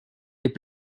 est